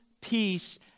peace